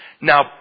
Now